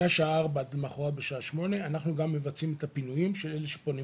מהשעה 16:00 עד למחרת בשעה 08:00 אנחנו גם מצבעים את הפינוי של נפטרים